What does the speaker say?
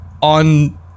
on